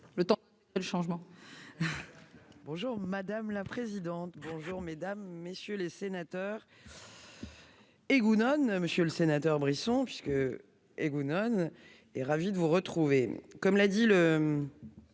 le temps est le changement. Bonjour, madame la présidente bonjour mesdames, messieurs les sénateurs. Gounod non monsieur le sénateur Brisson puisque et Gounod n'est ravi de vous retrouver, comme l'a dit le